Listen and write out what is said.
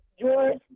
George